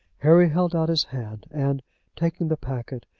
harry held out his hand, and taking the packet,